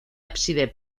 ábside